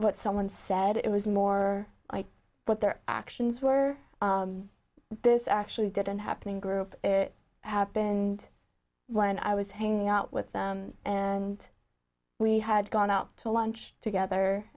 what someone said it was more like what their actions were this actually didn't happen in group it happened when i was hanging out with them and we had gone out to lunch together